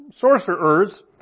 sorcerers